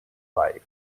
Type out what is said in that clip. life